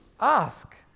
Ask